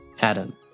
Adam